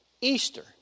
Easter